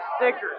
stickers